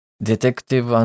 Detective